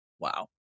Wow